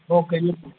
okay